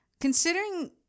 considering